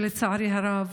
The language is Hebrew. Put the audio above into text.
שלצערי הרב,